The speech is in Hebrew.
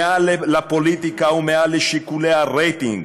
מעל לפוליטיקה ומעל לשיקולי הרייטינג.